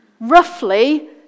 Roughly